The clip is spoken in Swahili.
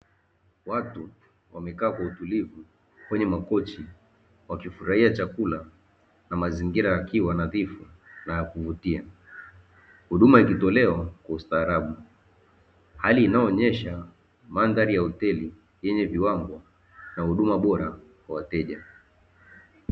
Watu wamekaa kwa utulivu kwenye makochi wakifurahia chakula na mazingira yakiwa nadhifu na ya kuvutia, huduma ikitolewa kwa ustaarabu hali inayoonyesha mandhari ya hoteli yenye viwango na huduma bora kwa wateja.